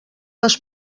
les